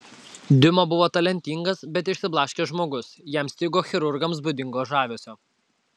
diuma buvo talentingas bet išsiblaškęs žmogus jam stigo chirurgams būdingo žavesio